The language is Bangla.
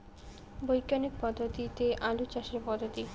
বিজ্ঞানিক পদ্ধতিতে আলু চাষের পদ্ধতি?